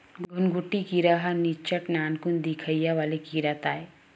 घुनघुटी कीरा ह निच्चट नानकुन दिखइया वाले कीरा ताय